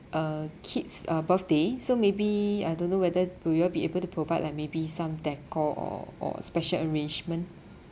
uh kid's uh birthday so maybe I don't know whether would you all be able to provide like maybe some decor or or special arrangement